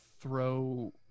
throw